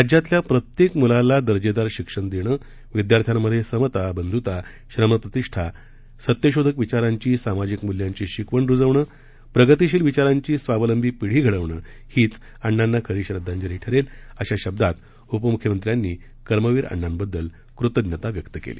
राज्यातील प्रत्येक मुलाला दर्जेदार शिक्षण देणं विद्यार्थ्यांमध्ये समता बंध्ता श्रमप्रतिष्ठा सत्यशोधक विचारांची सामाजिक मूल्यांची शिकवण रुजवणं प्रगतशील विचारांची स्वावलंबी पिढी घडवणं हीच अण्णांना खरी आदरांजली ठरेल अशा शब्दात उपमुख्यमंत्र्यांनी कर्मवीर अण्णांबद्दल कृतज्ञता व्यक्त केली